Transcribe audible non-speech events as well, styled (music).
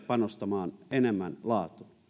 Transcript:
(unintelligible) panostamaan enemmän laatuun